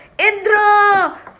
Indra